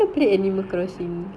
ya ya then